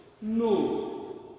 No